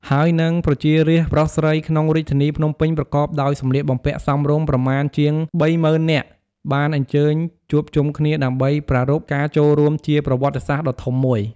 ហើយនឹង ប្រជារាស្ត្រប្រុសស្រីក្នុងរាជធានីភ្នំពេញប្រកបដោយសម្លៀកបំពាក់សមរម្យ ប្រមាណជាង ៣០,០០០ នាក់ បានអញ្ជើញជួបជុំគ្នា ដើម្បីប្រារព្វការចូលរួមជាប្រវត្តិសាស្ត្រដ៏ធំមួយ។